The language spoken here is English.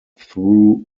through